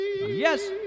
Yes